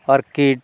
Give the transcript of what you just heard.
orchid